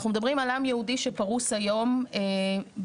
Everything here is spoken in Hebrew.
אנחנו מדברים על עם יהודי שפרוס היום בהגדרה,